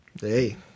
Hey